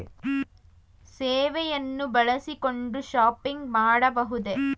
ಸೇವೆಯನ್ನು ಬಳಸಿಕೊಂಡು ಶಾಪಿಂಗ್ ಮಾಡಬಹುದೇ?